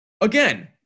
Again